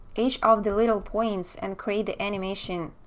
each of the little points and create the animation